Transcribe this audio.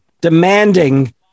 demanding